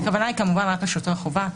הכוונה היא כמובן רק לשוטרי חובה.